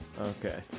Okay